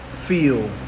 feel